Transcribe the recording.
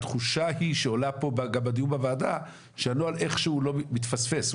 התחושה שעולה פה בדיון בוועדה שהנוהל איכשהו מתפספס,